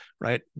right